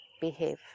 behave